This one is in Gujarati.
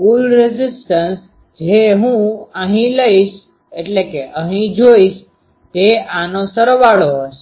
કુલ રેઝીસ્ટન્સ જે હું અહીં જોઇશ તે આનો સરવાળો હશે